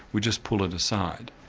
we just pull it aside.